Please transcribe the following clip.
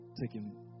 Taking